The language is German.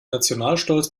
nationalstolz